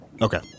Okay